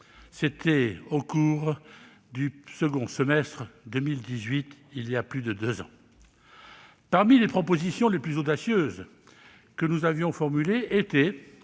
C'était au cours du second semestre 2018, voilà plus de deux ans ! Parmi les propositions les plus audacieuses que nous avions formulées figurait